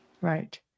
Right